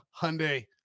Hyundai